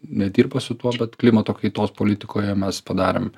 nedirba su tuo bet klimato kaitos politikoje mes padarėm